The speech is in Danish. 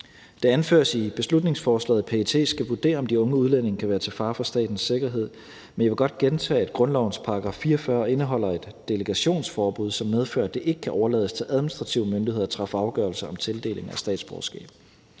Det anføres i beslutningsforslaget, at PET skal vurdere, om de unge udlændinge kan være til fare for statens sikkerhed. Men jeg vil godt gentage, at grundlovens § 44 indeholder et delegationsforbud, som medfører, at det ikke kan overlades til administrative myndigheder at træffe afgørelse om tildeling af statsborgerskab.